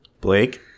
Blake